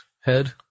head